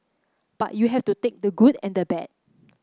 but you have to take the good and the bad